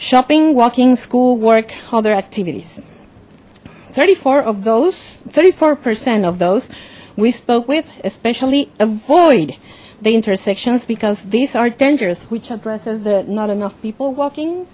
shopping walking school work other activities thirty four of those thirty four percent of those we spoke with especially avoid the intersections because these are dangerous which addresses the not enough people walking